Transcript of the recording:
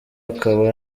akaba